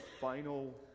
final